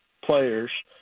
players